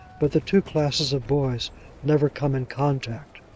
but the two classes of boys never come in contact.